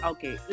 Okay